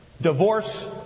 divorce